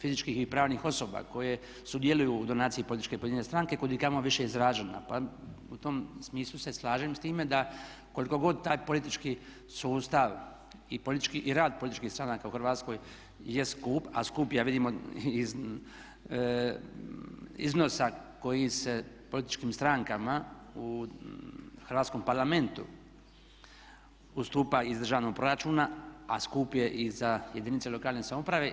fizičkih i pravnih osoba koje sudjeluju u donaciji političke i pojedine stranke kud i kamo više izražena, pa u tom smislu se slažem s time, da koliko god taj politički sustav i rad političkih stranaka u Hrvatskoj je skup, a skup je ja vidim od iznosa koji se političkim strankama u hrvatskom Parlamentu ustupa iz državnog proračuna, a skup je i za jedinice lokalne samouprave.